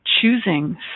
choosing